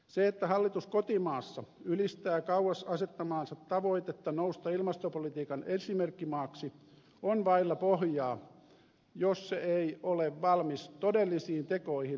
se että hallitus kotimaassa ylistää kauas asettamaansa tavoitetta nousta ilmastopolitiikan esimerkkimaaksi on vailla pohjaa jos se ei ole valmis todellisiin tekoihin globaalillakin tasolla